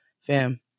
Fam